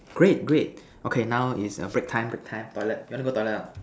great great okay now is err break time break time toilet you want to go toilet or not